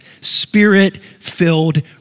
spirit-filled